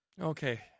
okay